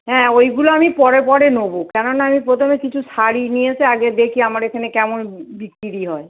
হ্যাঁ ওইগুলো আমি পরে পরে নোবো কেননা আমি প্রথমে কিছু শাড়ি নিয়ে এসে আগে দেখি আমার এখানে কেমন বিক্কিরি হয়